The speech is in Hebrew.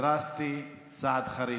דרסטי, צעד חריג.